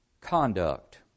conduct